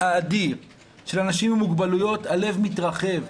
האדיר של אנשים עם מוגבלויות הלב מתרחב.